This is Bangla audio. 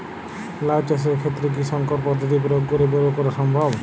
লাও চাষের ক্ষেত্রে কি সংকর পদ্ধতি প্রয়োগ করে বরো করা সম্ভব?